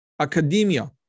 academia